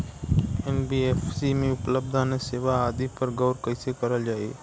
NBFC में उपलब्ध अन्य सेवा आदि पर गौर कइसे करल जाइ?